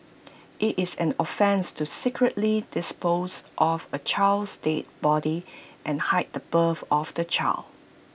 IT is an offence to secretly dispose of A child's dead body and hide the birth of the child